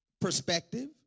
perspective